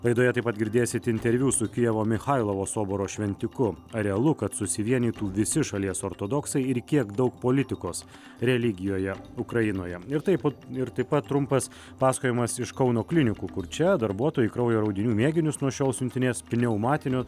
laidoje taip pat girdėsit interviu su kijevo michailovo soboro šventiku realu kad susivienytų visi šalies ortodoksai ir kiek daug politikos religijoje ukrainoje ir taip pat ir taip pat trumpas pasakojimas iš kauno klinikų kur čia darbuotojai kraujo audinių mėginius nuo šios siuntinės pneumatinio